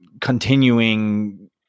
continuing